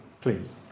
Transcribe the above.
please